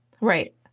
Right